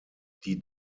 die